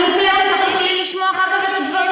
אני מוקלטת ואת תוכלי לשמוע אחר כך את הדברים.